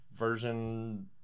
version